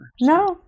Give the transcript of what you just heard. No